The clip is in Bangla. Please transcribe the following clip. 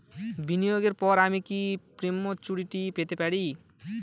বিনিয়োগের পর আমি কি প্রিম্যচুরিটি পেতে পারি?